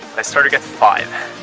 let's try to get five!